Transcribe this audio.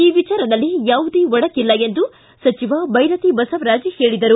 ಈ ವಿಚಾರದಲ್ಲಿ ಯಾವುದೇ ಒಡಕಿಲ್ಲ ಎಂದು ಸಚಿವ ಬೈರತಿ ಬಸವರಾಜ್ ಹೇಳಿದರು